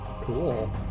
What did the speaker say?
Cool